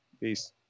Peace